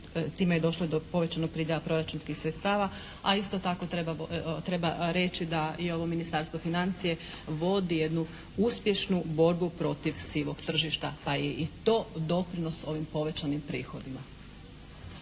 time je došlo do povećanog priljeva proračunskih sredstava, a isto tako treba reći da i ovo Ministarstvo financija vodi jednu uspješnu borbu protiv sivog tržišta pa je i to doprinos ovim povećanim prihodima.